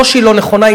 לא שהיא לא נכונה,